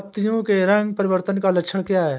पत्तियों के रंग परिवर्तन का लक्षण क्या है?